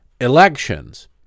elections